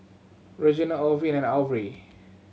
Reginald Orville and Aubrie